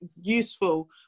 useful